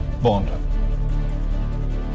Bond